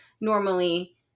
normally